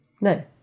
No